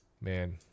Man